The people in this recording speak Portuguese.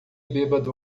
bêbado